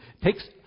takes